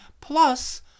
Plus